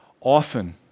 often